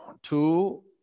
Two